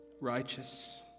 righteous